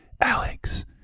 Alex